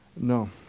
No